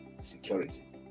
security